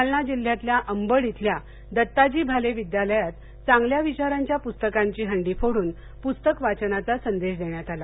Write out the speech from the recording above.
जालना जिल्ह्यातल्या अंबड इथल्या दत्ताजी भाले विद्यालयात चांगल्या विचारांच्या पुस्तकांची हंडी फोडून पुस्तक वाचनाचा संदेश देण्यात आला